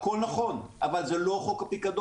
הכול נכון, אבל זה לא חוק הפיקדון.